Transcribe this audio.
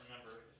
remember